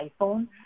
iPhone